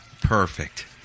perfect